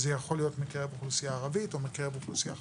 מקרב אוכלוסייה ערבית או מקרב אוכלוסייה חרדית.